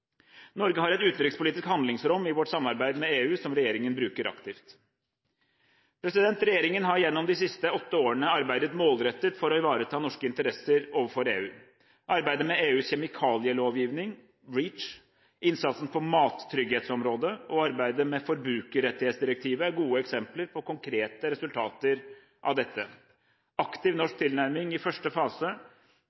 Norge har et utenrikspolitisk handlingsrom i sitt samarbeid med EU som regjeringen bruker aktivt. Regjeringen har gjennom de siste åtte årene arbeidet målrettet for å ivareta norske interesser overfor EU. Arbeidet med EUs kjemikalielovgivning, REACH, innsatsen på mattrygghetsområdet og arbeidet med forbrukerrettighetsdirektivet er gode eksempler på konkrete resultater av dette. Aktiv